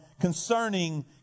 concerning